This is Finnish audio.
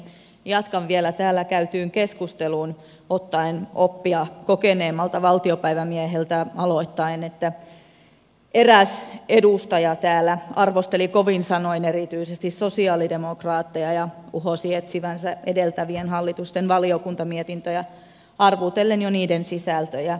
jatkan vielä täällä käytyyn keskusteluun ottaen oppia kokeneemmalta valtiopäivämieheltä aloittaen että eräs edustaja täällä arvosteli kovin sanoin erityisesti sosialidemokraatteja ja uhosi etsivänsä edeltävien hallitusten valiokuntamietintöjä arvuutellen jo niiden sisältöjä